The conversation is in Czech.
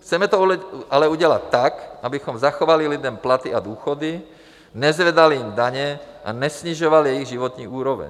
Chceme to ale udělat tak, abychom zachovali lidem platy a důchody, nezvedali jim daně a nesnižovali jejich životní úroveň.